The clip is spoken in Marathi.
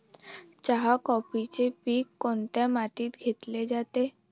चहा, कॉफीचे पीक कोणत्या मातीत घेतले जाते?